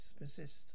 persist